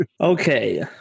Okay